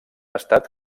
estat